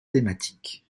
thématique